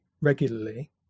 regularly